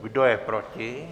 Kdo je proti?